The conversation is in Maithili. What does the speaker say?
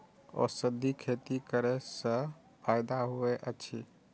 औषधि खेती करे स फायदा होय अछि?